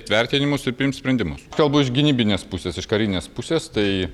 vertinimus ir priimt sprendimus kalbu iš gynybinės pusės iš karinės pusės tai